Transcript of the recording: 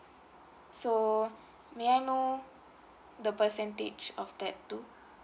so may I know the percentage of that too